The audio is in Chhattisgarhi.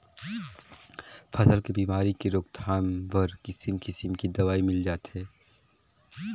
फसल के बेमारी के रोकथाम बर किसिम किसम के दवई मिल जाथे